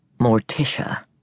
Morticia